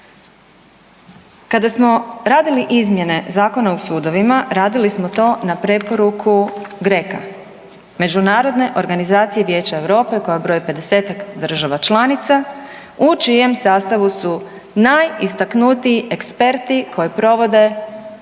Kada smo radili izmjene Zakona o sudovima radili smo to na preporuku GRECO-a Međunarodne organizacije Vijeća Europe koja broji pedesetak država članica u čijem sastavu su najistaknutiji eksperti koje provode reviziju